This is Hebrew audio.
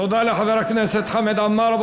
תודה לחבר הכנסת חמד עמאר.